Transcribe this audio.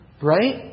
right